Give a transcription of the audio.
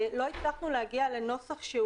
ולא הצלחנו להגיע לנוסח.